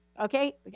okay